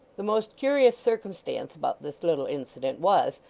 the most curious circumstance about this little incident was,